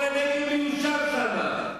וכל הנגב מיושב שם,